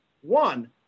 One